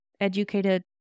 educated